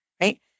right